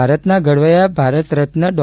ભારતના ઘડવૈયા ભારતરત્ન ડો